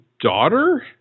daughter